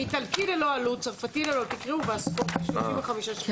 האיטלקי ללא עלות, הצרפתי ללא, והסקוטי 35 שקלים.